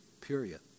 period